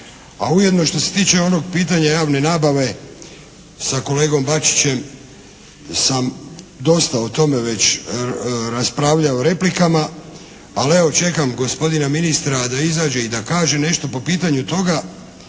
ujedno što se tiče onog pitanja javne nabave sa kolegom Bačićem sam dosta o tome već raspravljao u replikama, ali evo čekam gospodina ministra da izađe i da kaže nešto po pitanju toga.